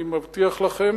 אני מבטיח לכם